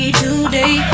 today